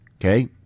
Okay